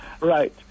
right